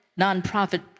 nonprofit